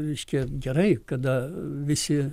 reiškia gerai kada visi